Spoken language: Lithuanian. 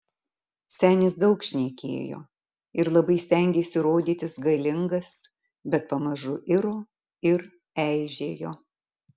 senis daug šnekėjo ir labai stengėsi rodytis galingas bet pamažu iro ir eižėjo